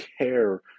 care